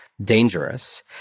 dangerous